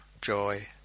joy